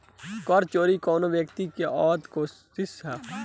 कर चोरी कवनो व्यक्ति के अवैध कोशिस ह